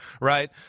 Right